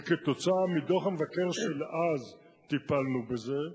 וכתוצאה מדוח המבקר של אז טיפלנו בזה.